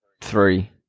three